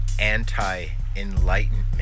anti-enlightenment